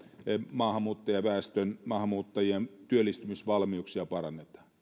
maahanmuuttajaväestön maahanmuuttajien työllistymisvalmiuksia parannetaan